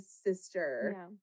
sister